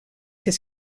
que